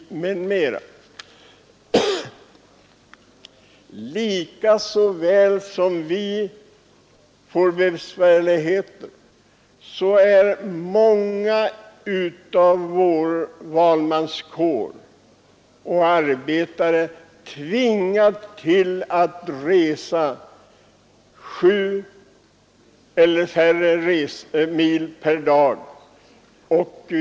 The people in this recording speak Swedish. Visst får vi riksdagsmän då besvärligheter, men vi bör också tänka på att många bland vår valmanskår och våra arbetare ofta tvingas att resa sju eller flera mil per dag.